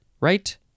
right